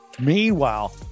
Meanwhile